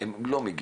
הם לא מגיעים.